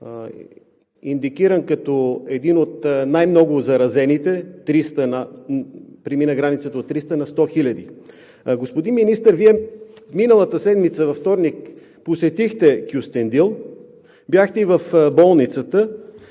индикиран като един от най-много заразените – премина границата от 300 на сто хиляди. Господин Министър, Вие във вторник миналата седмица посетихте Кюстендил, бяхте и в болницата,